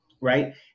right